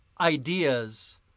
ideas